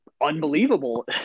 unbelievable